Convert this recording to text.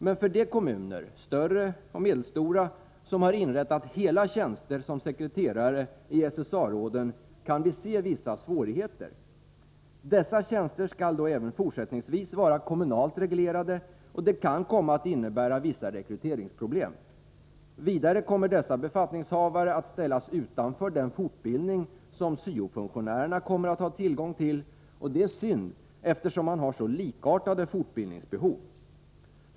Men för de kommuner, större och medelstora, som har inrättat hela tjänster som sekreterare i SSA-råden, kan vi se vissa svårigheter. Dessa tjänster skall då även fortsättningsvis vara kommunalt reglerade, och det kan komma att innebära vissa rekryteringsproblem. Vidare kommer befattningshavarna att ställas utanför den fortbildning som syo-funktionärerna kommer att ha tillgång till, och det är synd, eftersom man har så likartade fortbildningsbehov.